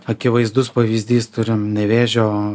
akivaizdus pavyzdys turim nevėžio